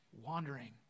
wandering